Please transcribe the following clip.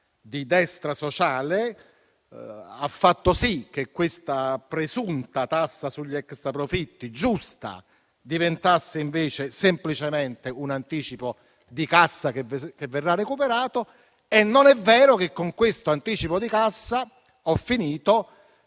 di destra sociale, ha fatto sì che la presunta e giusta tassa sugli extraprofitti diventasse invece semplicemente un anticipo di cassa che verrà recuperato. Non è vero che con questo anticipo di cassa si